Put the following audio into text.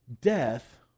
death